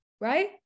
Right